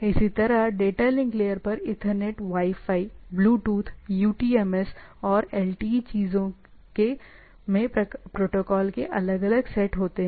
इसी तरह data link layer पर Ethernet wifi Bluetooth UTMS और LTE चीजों में प्रोटोकॉल के अलग अलग सेट होते हैं